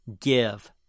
give